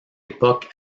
époque